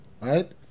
right